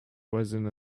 rising